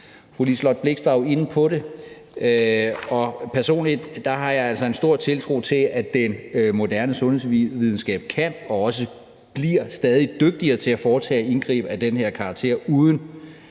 Fru Liselott Blixt var jo inde på det, og personligt har jeg altså en stor tiltro til, at den moderne sundhedsvidenskab kan og også bliver stadig dygtigere til at foretage indgreb af den her karakter, uden